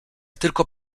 tylko